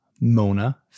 Mona